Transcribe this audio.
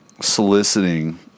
soliciting